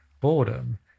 boredom